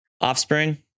Offspring